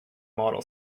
model